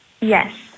Yes